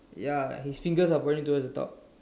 ya his fingers are pointing towards the top